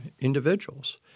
individuals